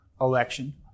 election